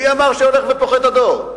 מי אמר שהולך ופוחת הדור?